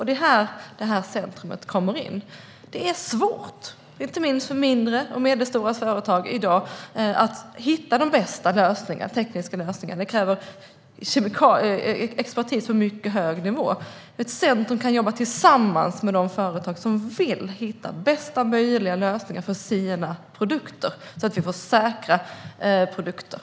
Det är här som detta centrum kommer in. Det är i dag svårt, inte minst för mindre och medelstora företag, att hitta de bästa tekniska lösningarna. Det kräver expertis på mycket hög nivå. Ett centrum kan jobba tillsammans med de företag som vill hitta bästa möjliga lösningar för sina produkter så att produkterna blir säkra.